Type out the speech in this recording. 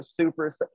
super